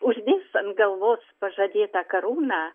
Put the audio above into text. uždės ant galvos pažadėtą karūną